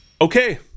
Okay